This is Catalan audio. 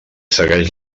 segueix